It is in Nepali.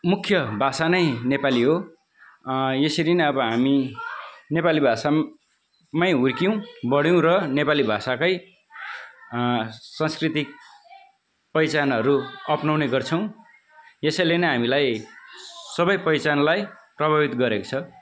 मुख्य भाषा नै नेपाली हो यसरी नै हामी नेपाली भाषामै हुर्क्यौँ बढ्यौँ र नेपाली भाषाकै सांस्कृतिक पहिचानहरू अप्नाउने गर्छौँ यसैले नै हामीलाई सबै पहिचानलाई प्रभावित गरेको छ